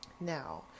Now